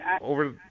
over